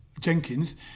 Jenkins